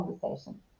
conversation